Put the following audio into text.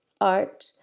art